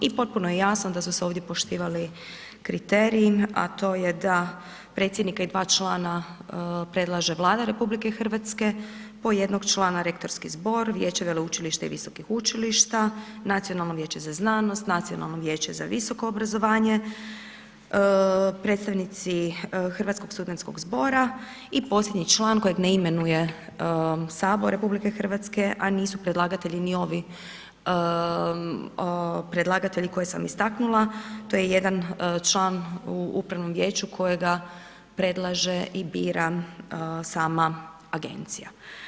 I potpuno je jasno da su se ovdje poštivali kriteriji a to je da predsjednika i dva člana predlaže Vlada RH, po jednog člana rektorski zbor, Vijeće veleučilišta i visokih učilišta, Nacionalno vijeće za znanost, nacionalno vijeće za visoko obrazovanje, predstavnici Hrvatskog studentskog zbora i posljednji član kojeg ne imenuje Sabor RH a nisu predlagatelji ni ovi predlagatelji koje sam istaknula, to je jedan član u upravnom vijeću kojega predlaže i bira sama Agencija.